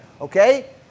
okay